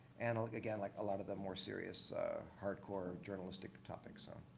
and like again, like a lot of the more serious hardcore journalistic topics. so